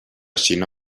xina